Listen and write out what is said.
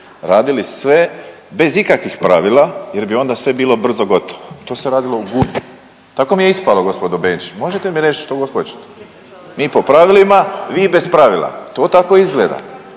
radili sve bez ikakvih pravila jer bi onda sve bilo brzo gotovo. To se radilo u Gunji, tako mi je ispalo, gospodo Benčić, možete mi reći što god hoćete. Mi po pravilima, vi bez pravila. To tako izgleda.